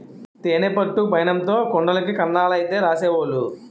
తేనె పట్టు మైనంతో కుండలకి కన్నాలైతే రాసేవోలు